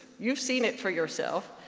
you've seen it for yourself.